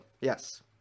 Yes